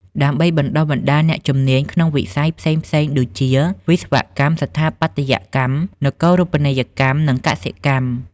ដើម្បីបណ្តុះបណ្តាលអ្នកជំនាញក្នុងវិស័យផ្សេងៗដូចជា វិស្វកម្ម ស្ថាបត្យកម្ម នគរូបនីយកម្ម និងកសិកម្ម។